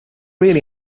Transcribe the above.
really